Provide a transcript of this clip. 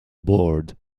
board